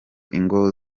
ingo